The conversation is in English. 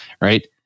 right